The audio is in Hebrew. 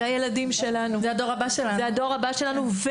זה הדור הבא שלנו.